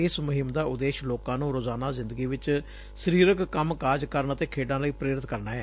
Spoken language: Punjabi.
ਇਸ ਮੁਹਿੰਮ ਦਾ ਉਦੇਸ਼ ਲੋਕਾਂ ਨੂੰ ਰੋਜ਼ਾਨਾ ਜਿੰਦਗੀ ਚ ਸਰੀਰਕ ਕੰਮ ਕਾਜ ਕਰਨ ਅਤੇ ਖੇਡਾਂ ਲਈ ਪੇਰਿਤ ਕਰਨਾ ਐ